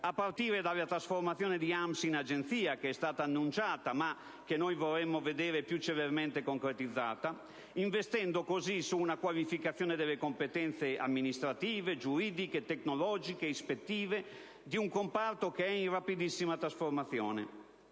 a partire dalla trasformazione di AAMS in agenzia, che è stata annunciata, ma che noi vorremmo vedere più celermente concretizzata, investendo così su una qualificazione delle competenze amministrative, giuridiche, tecnologiche e ispettive di un comparto che è in rapidissima trasformazione;